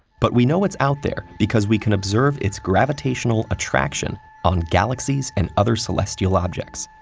but we know it's out there because we can observe its gravitational attraction on galaxies and other celestial objects.